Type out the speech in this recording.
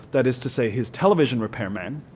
that is to say his television repairman,